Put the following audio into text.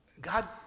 God